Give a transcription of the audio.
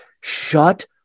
shut